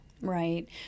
Right